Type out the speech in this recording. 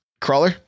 Crawler